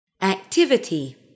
activity